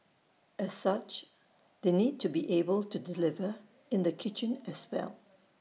as such they need to be able to deliver in the kitchen as well